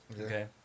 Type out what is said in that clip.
Okay